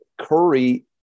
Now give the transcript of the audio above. Curry